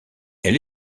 elle